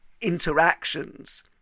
interactions